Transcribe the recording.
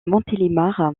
montélimar